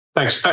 Thanks